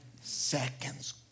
seconds